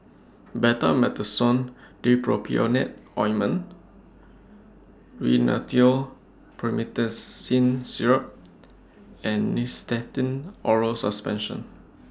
Betamethasone Dipropionate Ointment Rhinathiol Promethazine Syrup and Nystatin Oral Suspension